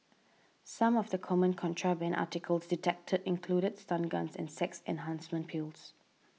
some of the common contraband articles detected included stun guns and sex enhancement pills